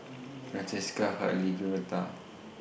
Francesca Hartley Georgetta